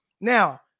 Now